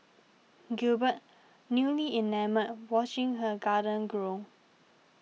Gilbert newly enamoured watching her garden grow